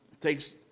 takes